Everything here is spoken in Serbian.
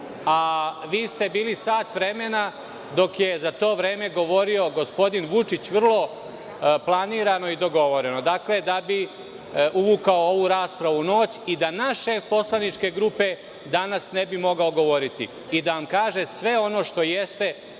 a vi ste bili sat vremena dok je za to vreme govorio gospodin Vučić, vrlo planirano i dogovoreno, dakle, da bi uvukao ovu raspravu u noć i da naš šef poslaničke grupe danas ne bi mogao govoriti i da vam kaže sve ono što jeste